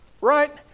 right